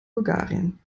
bulgarien